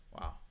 Wow